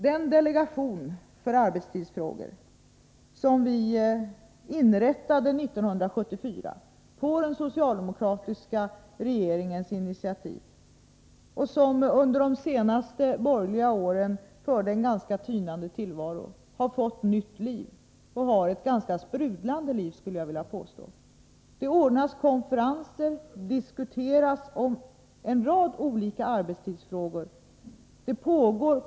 Den delegation för arbetstidsfrågor som kom till 1974 på den socialdemokratiska regeringens initiativ och som under de sista borgerliga regeringsåren förde en ganska tynande tillvaro har fått nytt liv. Jag skulle vilja påstå att den nu sprudlar av liv. Konferenser ordnas och diskussioner förs om en rad olika arbetstidsfrågor.